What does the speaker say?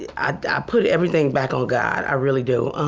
i i put everything back on god. i really do.